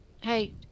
hey